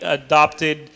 adopted